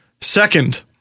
Second